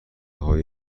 های